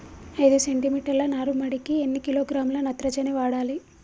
ఐదు సెంటి మీటర్ల నారుమడికి ఎన్ని కిలోగ్రాముల నత్రజని వాడాలి?